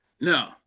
no